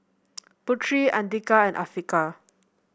Putri Andika and Afiqah